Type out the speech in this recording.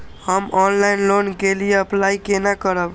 हम online loan के लिए अप्लाई केना करब?